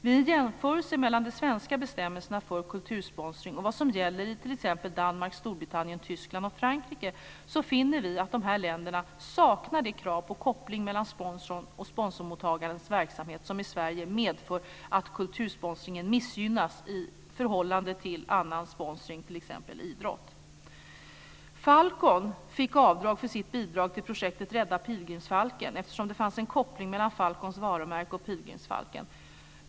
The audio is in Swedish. Vid en jämförelse mellan de svenska bestämmelserna för kultursponsring och vad som gäller i t.ex. Danmark, Storbritannien, Tyskland och Frankrike finner vi att dessa länder saknar det krav på koppling mellan sponsorn och sponsormottagarens verksamhet som i Sverige medför att kultursponsringen missgynnas i förhållande till annan sponsring, t.ex. inom idrott. Rädda pilgrimsfalken, eftersom det fanns en koppling mellan Falcons varumärke och pilgrimsfalken.